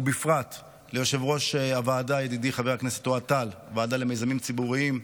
ובפרט ליושב-ראש הוועדה למיזמים ציבוריים,